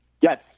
Yes